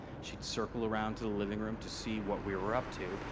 she'd circle around to the living room to see what we were up to,